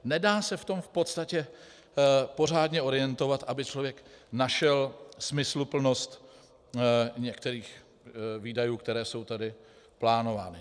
Nedá se v tom v podstatě pořádně orientovat, aby člověk našel smysluplnost některých výdajů, které jsou tady plánovány.